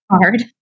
hard